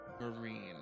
marine